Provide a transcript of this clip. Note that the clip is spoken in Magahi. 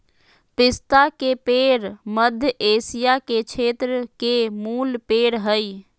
पिस्ता के पेड़ मध्य एशिया के क्षेत्र के मूल पेड़ हइ